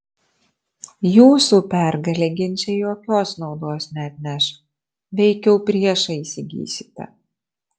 jūsų pergalė ginče jokios naudos neatneš veikiau priešą įsigysite